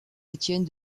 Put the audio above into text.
étienne